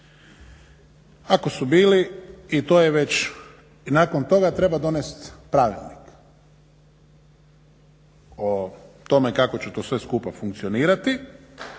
Ako su bili i to je već, i nakon toga treba donesti pravilnik o tome kako će to sve skupa funkcionirati